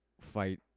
fight